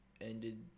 ended